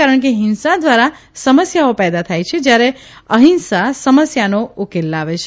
કારણ કે હિંસા ધ્વારા સમસ્યાઓ ો દા થાય છે જયારે અહિંસા સમસ્યાઓનો ઉકેલ લાવે છે